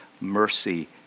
mercy